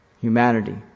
humanity